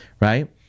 right